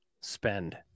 spend